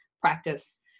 practice